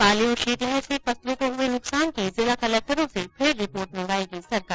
पाले तथा शीतलहर से फसलों को हुए नुकसान की जिला कलेक्टरों से फिर रिपोर्ट मंगायेगी सरकार